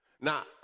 Now